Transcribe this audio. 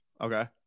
Okay